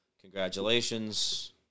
Congratulations